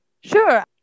Sure